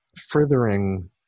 furthering